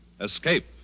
escape